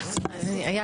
האם תרצי?